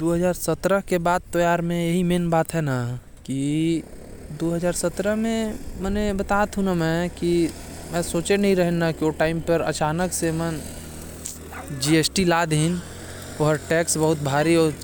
दु हजार सत्रह म सरकार जीएसटी लागू